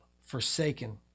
forsaken